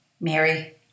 Mary